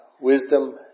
wisdom